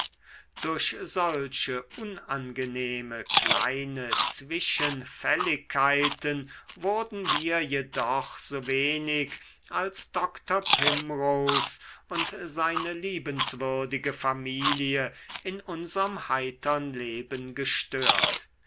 durch solche unangenehme kleine zwischenfälligkeiten wurden wir jedoch so wenig als doktor primrose und seine liebenswürdige familie in unserm heitern leben gestört